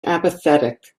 apathetic